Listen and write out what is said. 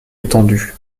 étendu